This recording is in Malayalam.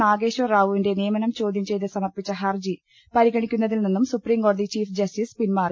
നാഗേശാർ റാവുവിന്റെ നിയമനം ചോദ്യം ചെയ്ത് സമർപ്പിച്ച ഹർജി പരിഗണിക്കുന്നതിൽ നിന്നും സുപ്രീംകോടതി ചീഫ് ജസ്റ്റിസ് പിന്മാറി